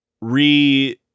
re